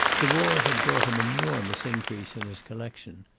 the war had brought him enormous increase in his collection.